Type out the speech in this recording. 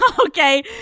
Okay